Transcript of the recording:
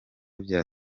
bya